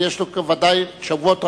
ויש לו בוודאי תשובות רבות,